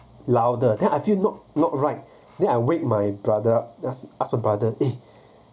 louder then I feel not not right then I wait my brother ask ask my brother !hey!